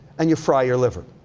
and you fry your liver,